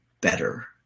better